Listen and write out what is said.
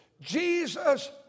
Jesus